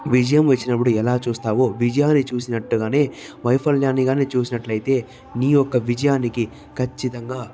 విజయం వచ్చినప్పుడు ఎలా చూస్తావో విజయాన్ని చూసినట్టుగానే వైఫల్యాన్నికాని చూసినట్లయితే నీ యొక్క విజయానికి ఖచ్చితంగా